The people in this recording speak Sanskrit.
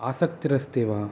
आसक्तिरस्ति वा